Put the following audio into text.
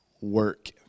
work